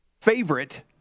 favorite